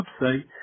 website